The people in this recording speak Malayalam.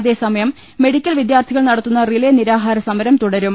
അതേ സമയം മെഡിക്കൽ വിദ്യാർത്ഥികൾ നടത്തുന്ന റിലേ നിരാ ഹാര സമരം തുടരും